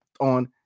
On